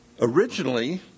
Originally